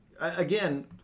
again